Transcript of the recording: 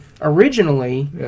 originally